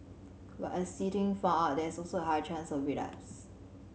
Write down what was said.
but as See Ting found out there is also a high chance of relapse